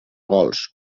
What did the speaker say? gols